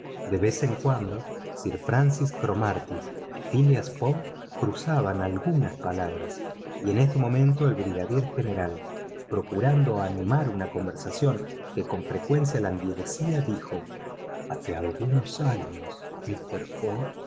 de vez en cuando sir francis cromarty y phileas fogg cruzaban algunas palabras y en este momento el brigadier general procurando animar una conversación que con frecuencia languidecía dijo hace algunos años mister fogg